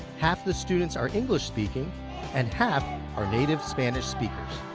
half the students are english speaking and half are native spanish speakers.